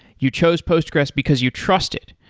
you chose postgressql because you trust it.